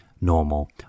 normal